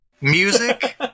music